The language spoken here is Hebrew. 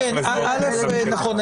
נכון.